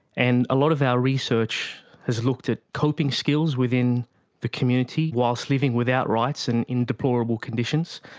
and a lot of our research has looked at coping skills within the community whilst living without rights and in deplorable conditions,